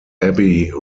abbey